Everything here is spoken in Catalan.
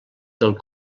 del